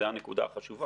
זו הנקודה החשובה.